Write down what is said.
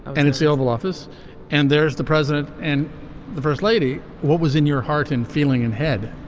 and it's the oval office and there's the president and the first lady. what was in your heart and feeling in head.